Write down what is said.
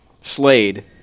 Slade